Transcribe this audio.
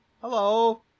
Hello